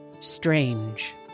strange